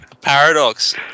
paradox